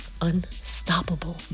unstoppable